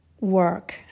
work